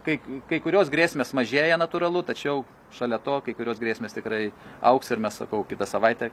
kai kai kurios grėsmės mažėja natūralu tačiau šalia to kai kurios grėsmės tikrai augs ir mes sakau kitą savaitę